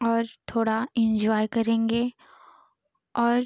और थोड़ा इन्जॉय करेंगे और